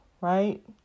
right